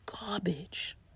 garbage